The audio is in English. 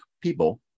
people